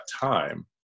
time